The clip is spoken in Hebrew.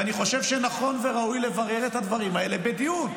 ואני חושב שנכון וראוי לברר את הדברים האלה בדיון.